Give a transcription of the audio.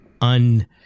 un